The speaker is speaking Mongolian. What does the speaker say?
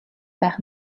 байх